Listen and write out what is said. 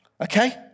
Okay